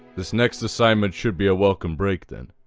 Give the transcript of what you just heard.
this next assignment should be a welcome break then.